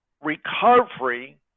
recovery